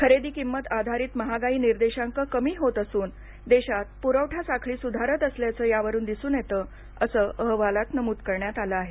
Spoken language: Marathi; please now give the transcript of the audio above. खरेदी किंमत आधारित महागाई निर्देशांक कमी होत असून देशात पुरवठा साखळी सुधारत असल्याचं यावरुन दिसून येतं असं अहवालात नमूद करण्यात आलं आहे